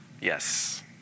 yes